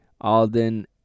Alden